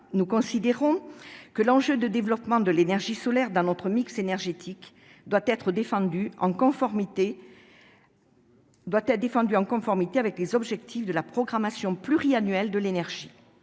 nous considérons que l'enjeu de développement de l'énergie solaire dans notre mix énergétique doit être défendu, en cohérence avec les objectifs de la programmation pluriannuelle de l'énergie.